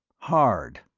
hard.